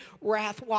wrath